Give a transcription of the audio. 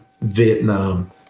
Vietnam